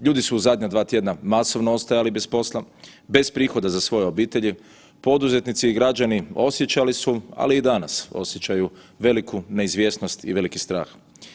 Ljudi su u zadnja dva tjedna masovno ostajali bez posla, bez prihoda za svoje obitelji, poduzetnici i građani osjećali su ali i danas osjećaju veliku neizvjesnost i veliki strah.